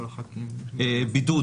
בידוד